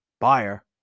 buyer